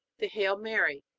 the hail mary,